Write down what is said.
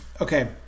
Okay